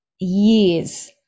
years